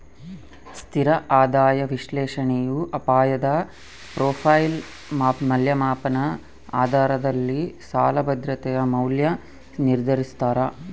ಸ್ಥಿರ ಆದಾಯ ವಿಶ್ಲೇಷಣೆಯು ಅಪಾಯದ ಪ್ರೊಫೈಲ್ ಮೌಲ್ಯಮಾಪನ ಆಧಾರದಲ್ಲಿ ಸಾಲ ಭದ್ರತೆಯ ಮೌಲ್ಯ ನಿರ್ಧರಿಸ್ತಾರ